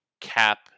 cap